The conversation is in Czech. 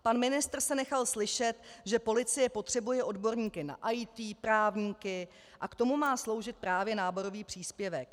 Pan ministr se nechal slyšet, že policie potřebuje odborníky na IT, právníky, a k tomu má sloužit právě náborový příspěvek.